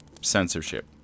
Censorship